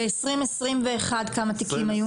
ב- 2021 כמה תיקים היו?